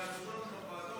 שיעזרו לנו בוועדות,